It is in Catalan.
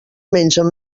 mengen